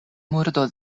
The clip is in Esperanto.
murdo